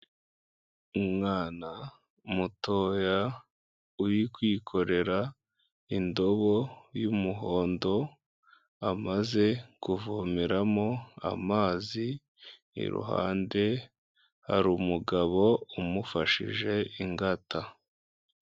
Umwana mutoya uri kwikorera indobo y'umuhondo amaze kuvomeramo amazi iruhande hari umugabo umufashije ingata.